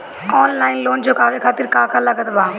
Online loan चुकावे खातिर का का लागत बा?